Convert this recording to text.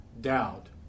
doubt